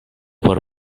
por